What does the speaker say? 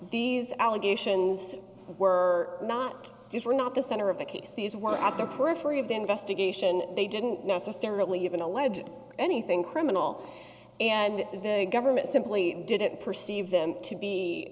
these allegations were not were not the center of the case these one at the periphery of the investigation they didn't necessarily even allege anything criminal and the government simply didn't perceive them to